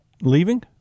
leaving